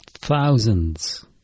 thousands